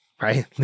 right